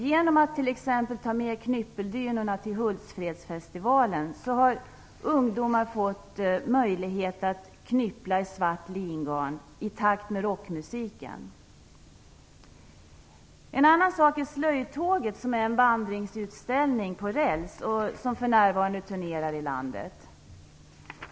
Genom att t.ex. knyppeldynor har tagits med till Hultsfredsfestivalen har ungdomar fått möjlighet att knyppla i svart lingarn i takt med rockmusik. Ett annat exempel är slöjdtåget. Det är en vandringsutställning på räls, som för närvarande turnerar i landet.